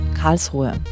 Karlsruhe